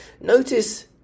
notice